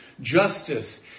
justice